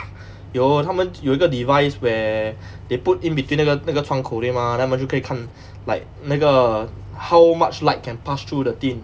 有他们有一个 device where they put in between 那个那个窗口对吗 then 他们就可以看 like 那个 how much light can pass through the tint